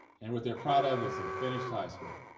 and what they're proud of is, he finished high school,